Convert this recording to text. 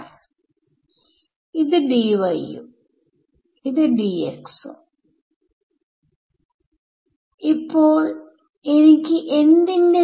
അല്ല മറ്റൊന്നാണ്c യുടെ ഫാക്ടർനെ മറന്നുകൊണ്ട് അത് വേവ് ഇക്വേഷനിൽ നിന്ന് വന്നതാണ്